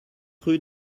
rue